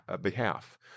behalf